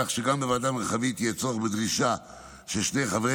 כך שגם בוועדה מרחבית יהיה צורך בדרישה של שני חברי